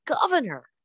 governor